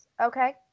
okay